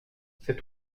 c’est